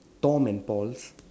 Tom and Paul's